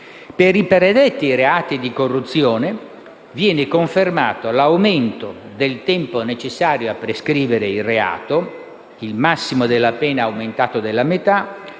Per i predetti reati di corruzione viene confermato l'aumento del tempo necessario a prescrivere il reato (il massimo della pena aumentato della metà)